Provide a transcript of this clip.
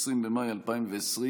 20 במאי 2020,